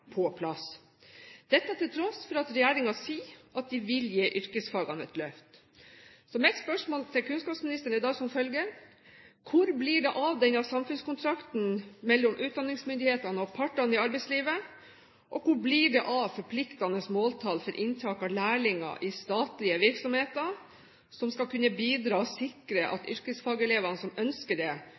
på plass – dette til tross for at regjeringen sier at de vil gi yrkesfagene et løft. Mitt spørsmål til kunnskapsministeren er da som følger: Hvor blir det av denne samfunnskontrakten mellom utdanningsmyndighetene og partene i arbeidslivet? Og hvor blir det av forpliktende måltall for inntak av lærlinger i statlige virksomheter som skal kunne bidra til å sikre at de yrkesfagelevene som ønsker det,